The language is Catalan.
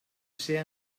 ser